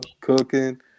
cooking